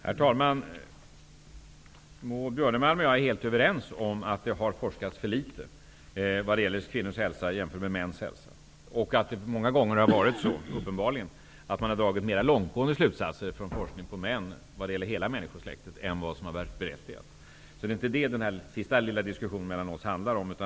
Herr talman! Maud Björnemalm och jag är helt överens om att det har forskats alltför litet om kvinnors hälsa jämfört med mäns hälsa. Många gånger har det uppenbarligen varit så att man har dragit mera långtgående slutsatser av forskningsresultat, som gäller män, för hela människosläktet än vad som har varit berättigat. Det är inte det som den här sista lilla diskussionen mellan oss handlar om.